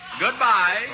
Goodbye